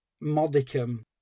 modicum